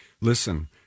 listen